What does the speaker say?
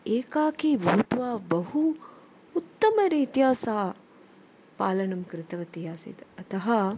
एकाकी भूत्वा बहु उत्तमरीत्या सा पालनं कृतवती आसीत् अतः